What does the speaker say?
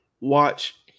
watch